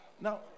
Now